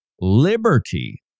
liberty